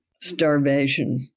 starvation